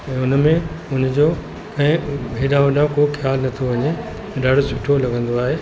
ऐं हुन में हुनजो ऐं हेॾहां होॾहां को ख़्यालु नथो वञे ऐं ॾाढो सुठो लॻंदो आहे